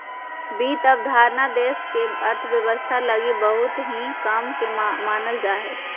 वित्त अवधारणा देश के अर्थव्यवस्था लगी बहुत ही काम के मानल जा हय